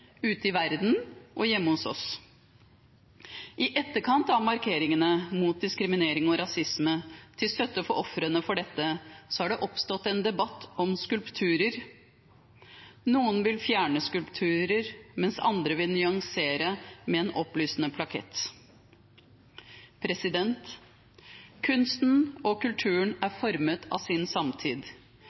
ute i verden og hjemme hos oss. I etterkant av markeringene mot diskriminering og rasisme til støtte for ofrene for dette har det oppstått en debatt om skulpturer. Noen vil fjerne skulpturer, mens andre vil nyansere med en opplysende plakett. Kunsten og kulturen er formet av sin samtid,